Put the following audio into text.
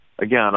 again